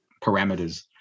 parameters